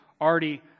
already